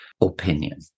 opinion